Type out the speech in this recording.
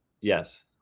Yes